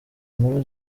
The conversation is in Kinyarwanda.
nkuru